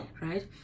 Right